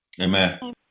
Amen